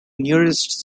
nearest